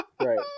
right